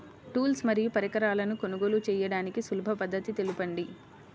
Tools మరియు పరికరాలను కొనుగోలు చేయడానికి సులభ పద్దతి తెలపండి?